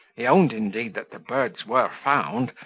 he owned, indeed, that the birds were found,